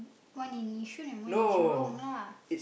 one in Yishun and one in Jurong lah